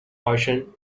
ocean